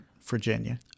Virginia